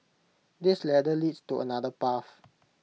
this ladder leads to another path